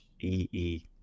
E-E